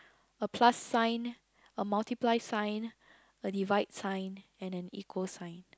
a plus sign a multiply sign a divide sign and an equal sign